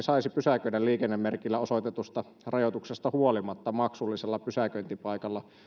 saisi pysäköidä liikennemerkillä osoitetusta rajoituksesta huolimatta maksullisella pysäköintipaikalla